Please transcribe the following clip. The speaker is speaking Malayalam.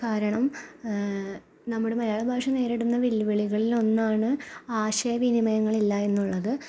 കാരണം നമ്മുടെ മലയാള ഭാഷ നേരിടുന്ന വെല്ലുവിളികളിൽ ഒന്നാണ് ആശയ വിനിമയങ്ങൾ ഇല്ല എന്നുള്ളത്